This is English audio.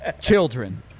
Children